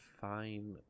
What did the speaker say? fine